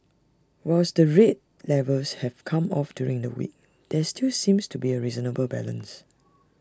whilst the rate levels have come off during the week there still seems to be A reasonable balance